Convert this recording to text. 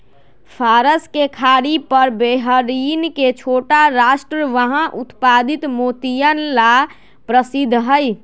फारस के खाड़ी पर बहरीन के छोटा राष्ट्र वहां उत्पादित मोतियन ला प्रसिद्ध हई